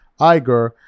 Iger